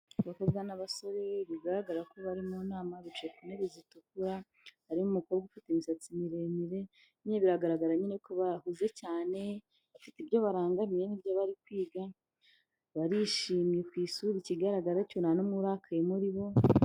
Abakobwa n'abasore bigaragara ko bari mu nama bicaye ku ntebe zitukura, harimo umukobwa ufite imisatsi miremire biragaragara nyine ko bahuze cyane. Bafite ibyo barangamiye n'ibyo bari kwiga, barishimye ku isura ikigaragara cyo nta n'umwe urakaye muri bo.